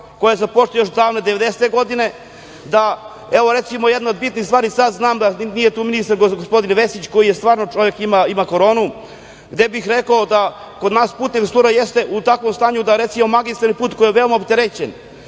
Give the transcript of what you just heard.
koja je započeta još davne 1990. godine. Evo, recimo, jedna od bitnih stvari, nije tu ministar gospodin Vesić, koji stvarno čovek ima koronu, gde bih rekao da kod nas putna infrastruktura jeste u takvom stanju da, recimo, magistralni put koji je veoma opterećen,